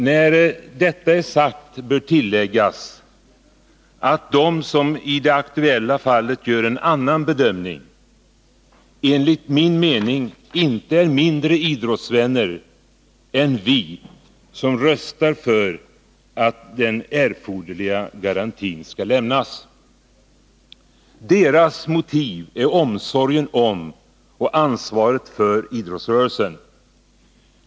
När detta är sagt bör tilläggas att de som i det aktuella fallet gör en annan bedömning enligt min mening inte är mindre idrottsvänner än vi, som röstar för att den erforderliga garantin skall lämnas. Deras motiv är omsorgen om och ansvaret för idrottsrörelsen.